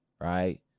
Right